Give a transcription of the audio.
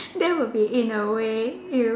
that will be in a way you